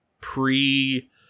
pre